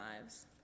lives